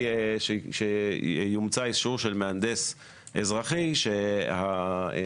והיא שיומצא אישור של מהנדס אזרחי שהמערכת